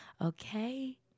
okay